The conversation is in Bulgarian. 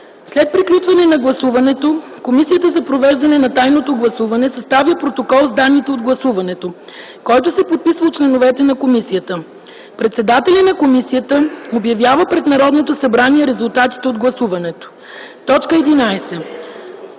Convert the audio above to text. След приключване на гласуването Комисията за провеждане на тайното гласуване съставя протокол с данните от гласуването, който се подписва от членовете на комисията. Председателят на комисията обявява пред Народното събрание резултатите от гласуването. 11.